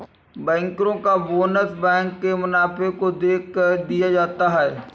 बैंकरो का bonus bank के मुनाफे को देखकर दिया जाता है